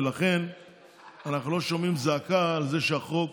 ולכן אנחנו לא שומעים זעקה על זה שהחוק